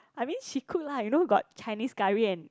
I mean she cook lah you know got Chinese curry and